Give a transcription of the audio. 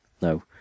No